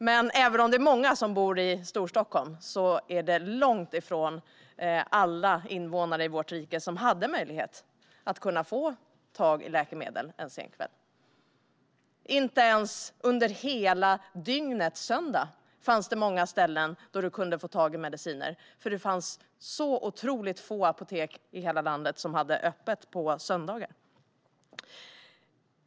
Men även om det är många som bor i Storstockholm var det långt ifrån alla invånare i vårt rike som hade möjlighet att få tag i läkemedel en sen kväll. På söndagar fanns det inte ens dagtid många ställen där man kunde få tag i mediciner. Det var otroligt få apotek i landet som hade öppet på söndagar.